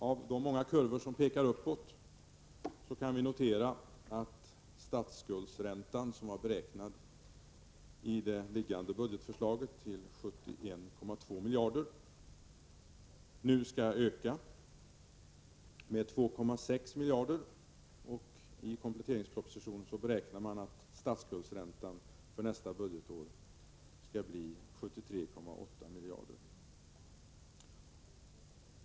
Av de många kurvor som pekar uppåt kan vi notera att statsskuldräntan, som tidigare var beräknad till 71,2 miljarder, nu skall öka med 2,6 miljarder. I kompletteringspropositionen beräknas statsskuldräntan för nästa budgetår till 73,8 miljarder.